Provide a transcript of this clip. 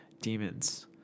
Demons